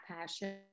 passion